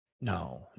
No